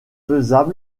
par